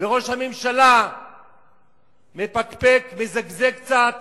וראש הממשלה מפקפק, מזגזג קצת